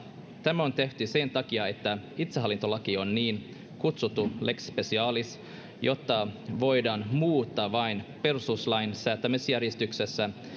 tämä on tehty sen takia että itsehallintolaki on niin kutsuttu lex specialis jota voidaan muuttaa vain perustuslain säätämisjärjestyksessä